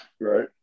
right